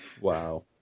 Wow